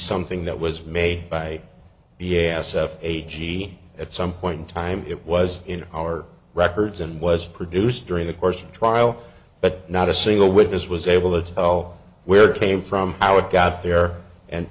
something that was made by b s f a g at some point in time it was in our records and was produced during the course of the trial but not a single witness was able to tell where came from how it got there and